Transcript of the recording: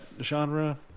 genre